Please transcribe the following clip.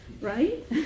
right